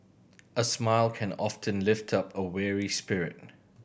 a smile can often lift up a weary spirit